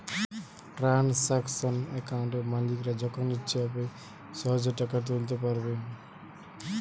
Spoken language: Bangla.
ট্রানসাকশান অ্যাকাউন্টে মালিকরা যখন ইচ্ছে হবে সহেজে টাকা তুলতে পাইরবে